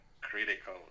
critical